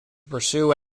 pursue